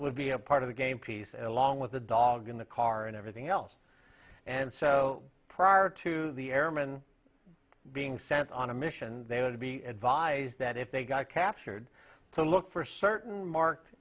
would be a part of the game pieces along with the dog in the car and everything else and so prior to the airman being sent on a mission they would be advised that if they got captured to look for certain marked